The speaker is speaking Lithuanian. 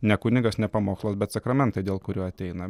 ne kunigas ne pamokslas bet sakramentai dėl kurių ateina